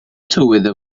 tywydd